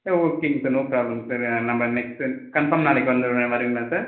ஓகேங்க sir no problem sir நம்ம next confirm நாளைக்கு வந்து வருவீங்களா சார்